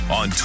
on